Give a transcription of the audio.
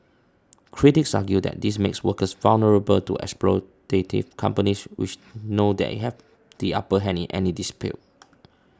critics argue that this makes workers vulnerable to exploitative companies which know they have the upper hand in any dispute